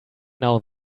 now